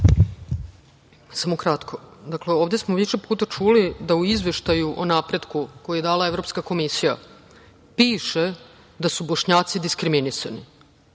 Samo kratko. Dakle, ovde smo više puta čuli da u Izveštaju o napretku koji je dala Evropska komisija piše da su Bošnjaci diskriminisani.